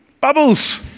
bubbles